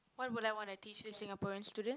what would I wanna teach this Singaporean student